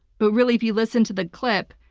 but really if you listen to the clip,